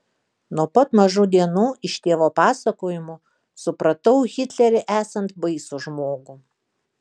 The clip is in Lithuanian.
nuo pat mažų dienų iš tėvo pasakojimų supratau hitlerį esant baisų žmogų